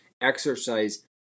Exercise